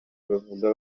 bavuga